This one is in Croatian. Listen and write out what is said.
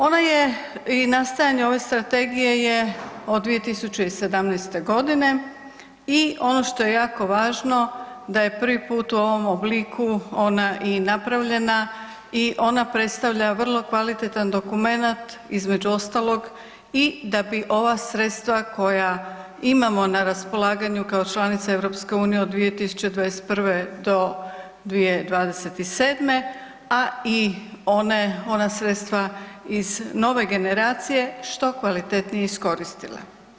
Ona je i nastajanje ove strategije je od 2017. godine i ono što je jako važno da je prvi puta u ovom obliku i napravljena i ona predstavlja vrlo kvalitetan dokumenat između ostalog i da bi ova sredstva koja imamo na raspolaganju kao članica EU od 2021. do 2027., a i one, ona sredstva iz nove generacije što kvalitetnije iskoristile.